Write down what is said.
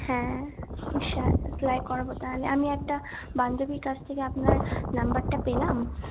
হ্যাঁ সেলাই করাবো তাহলে আমি একটা বান্ধবীর কাছ থেকে আপনার নাম্বারটা পেলাম